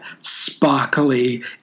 sparkly